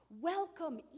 Welcome